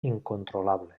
incontrolable